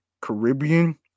caribbean